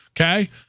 okay